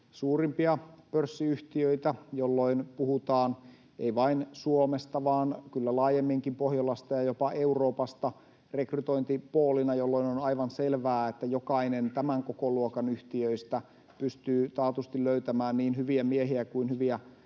suurimpia pörssiyhtiöitä, jolloin ei puhuta vain Suomesta vaan kyllä laajemminkin Pohjolasta ja jopa Euroopasta rekrytointipoolina, jolloin on aivan selvää, että jokainen tämän kokoluokan yhtiöistä pystyy taatusti löytämään niin hyviä miehiä kuin hyviä